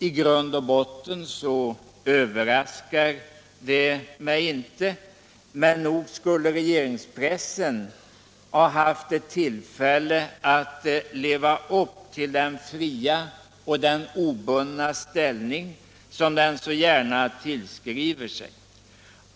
I grund och botten överraskar det mig inte, men nog skulle regeringspressen här ha haft tillfälle att leva upp till den fria och obundna ställning, som den så gärna tillskriver sig själv.